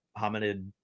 hominid